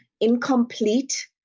incomplete